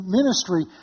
ministry